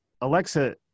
Alexa